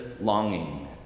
longing